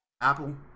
Apple